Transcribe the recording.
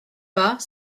pas